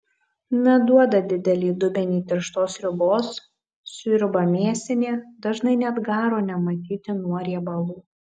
na duoda didelį dubenį tirštos sriubos sriuba mėsinė dažnai net garo nematyti nuo riebalų